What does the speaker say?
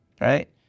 right